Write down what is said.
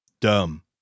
Dumb